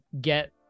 get